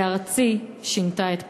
וארצי שינתה את פניה.